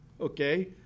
okay